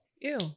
Ew